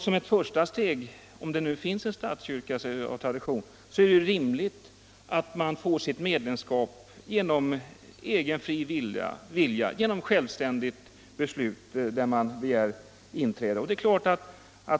Men nu finns det en statskyrka, och då är det väl rimligt att bara de skall vara medlemmar som av egen fri vilja begärt inträde.